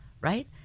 right